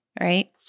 Right